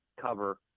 cover